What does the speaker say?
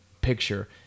picture